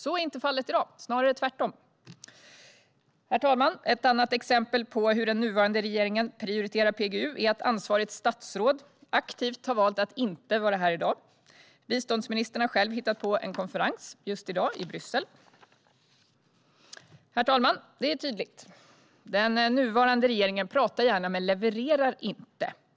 Så är inte fallet i dag, snarare tvärtom. Herr talman! Ett annat exempel på hur den nuvarande regeringen prioriterar PGU är att ansvarigt statsråd aktivt valt att inte vara här i dag. Biståndsministern har själv hittat på en konferens just i dag i Bryssel. Herr talman! Det är tydligt att den nuvarande regeringen gärna pratar men inte levererar.